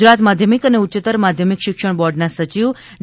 ગુજરાત માધ્યમિક અને ઉચ્ચતર માધ્યમિક શિક્ષમ બોર્ડના સચિવ ડી